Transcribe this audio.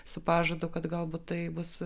su pažadu kad galbūt tai bus